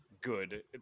good